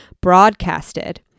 broadcasted